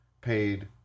paid